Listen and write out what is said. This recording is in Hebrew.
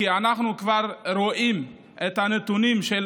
כי אנחנו כבר רואים את הנתונים בצבא של